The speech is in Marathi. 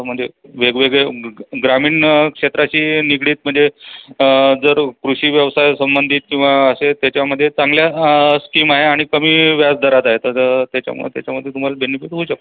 म्हणजे वेगवेगळ्या ग ग्रामीण क्षेत्राशी निगडित म्हणजे जर कृषी व्यवसायसंबंधित किंवा असे त्याच्यामध्ये चांगल्या स्कीम आहे आणि कमी व्याज दरात आहे तर त्याच्यामुळे त्याच्यामध्ये तुम्हाला बेनिफिट होऊ शकतो